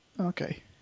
Okay